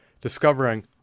Discovering